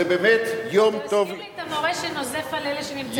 זה מזכיר לי את המורה שנוזף באלה שנמצאים בכיתה.